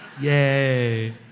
Yay